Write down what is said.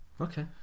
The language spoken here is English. okay